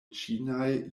ĉinaj